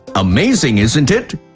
amazing, isn't it?